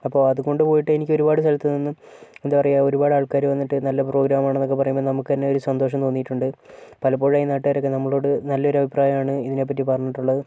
അപ്പോൾ അതുകൊണ്ട് പോയിട്ട് എനിക്കൊരുപാട് സ്ഥലത്ത് നിന്നും എന്താ പറയുക ഒരുപാട് ആൾക്കാർ വന്നിട്ട് നല്ല പ്രോഗ്രാമാണ് എന്നൊക്കെ പറയുമ്പം നമുക്ക് തന്നെ ഒരു സന്തോഷം തോന്നിയിട്ടുണ്ട് പലപ്പോഴായി നാട്ടുകാരൊക്കെ നമ്മളോട് നല്ലൊരു അഭിപ്രായമാണ് ഇതിനെപ്പറ്റി പറഞ്ഞിട്ടുള്ളത്